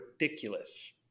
ridiculous